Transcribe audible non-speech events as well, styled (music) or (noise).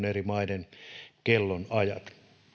(unintelligible) eri maiden kellonajat